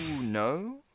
no